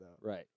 Right